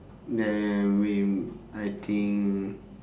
I think